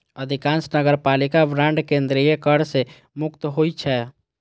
अधिकांश नगरपालिका बांड केंद्रीय कर सं मुक्त होइ छै